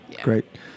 great